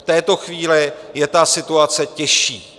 V této chvíli je ta situace těžší.